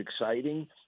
exciting